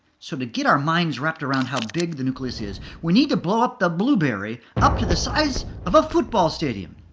so to get our minds wrapped around how big the nucleus is, we need to blow up the blueberry, up to the size of a football stadium.